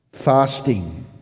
Fasting